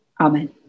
Amen